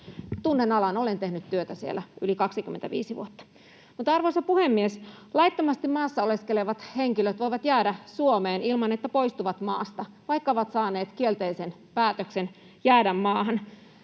Tunnen alan, olen tehnyt työtä siellä yli 25 vuotta. Arvoisa puhemies! Laittomasti maassa oleskelevat henkilöt voivat jäädä Suomeen ilman, että poistuvat maasta, vaikka ovat saaneet kielteisen päätöksen jäädä maahan.